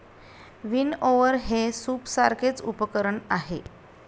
विनओवर हे सूपसारखेच उपकरण आहे